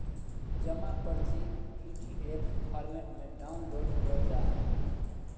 जमा पर्ची PDF format में डाउनलोड करल जा हय